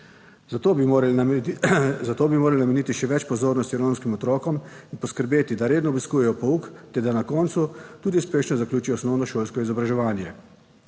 Zato bi morali nameniti še več pozornosti romskim otrokom in poskrbeti, da redno obiskujejo pouk ter da na koncu tudi uspešno zaključijo osnovnošolsko izobraževanje.